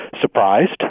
surprised